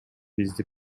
бизди